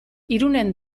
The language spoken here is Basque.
irunen